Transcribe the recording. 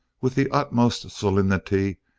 with the utmost solemnity,